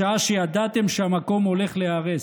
בשעה שידעתם שהמקום הולך להיהרס.